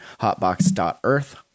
hotbox.earth